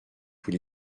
tous